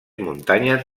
muntanyes